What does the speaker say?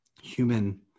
human